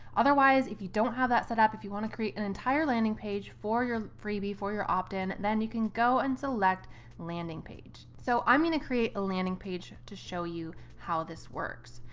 otherwise, if you don't have that set up, if you want to create an entire landing page for your freebie, for your opt in, then you can go and select landing page. so i'm going to create a landing page to show you how this works.